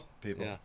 People